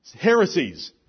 heresies